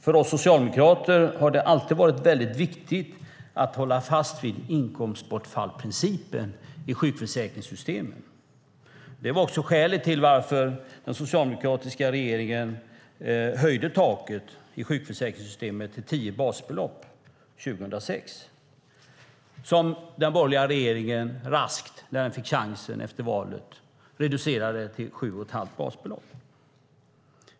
För oss socialdemokrater har det alltid varit viktigt att hålla fast vid inkomstbortfallsprincipen i sjukförsäkringssystemet. Det var också skälet till att den socialdemokratiska regeringen 2006 höjde taket i sjukförsäkringssystemet till tio basbelopp, något som den borgerliga regeringen så snart den fick chansen efter valet reducerade till sju och ett halvt basbelopp.